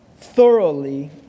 thoroughly